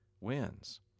wins